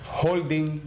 holding